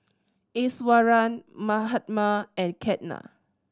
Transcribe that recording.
Iswaran Mahatma and Ketna